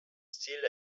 stil